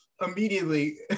Immediately